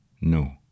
No